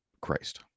Christ